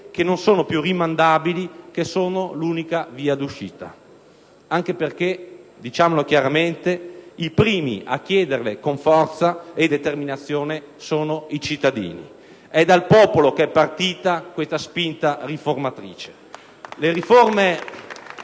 che non sono più rimandabili, che sono l'unica via d'uscita, anche perché - diciamolo chiaramente - i primi a chiederle con forza e determinazione sono i cittadini. È dal popolo che è partita questa spinta riformatrice. *(Applausi